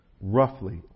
roughly